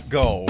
go